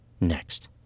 next